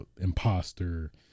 imposter